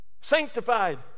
sanctified